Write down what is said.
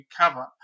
cover